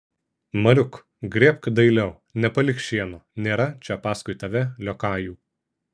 mariuk grėbk dailiau nepalik šieno nėra čia paskui tave liokajų